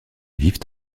vivent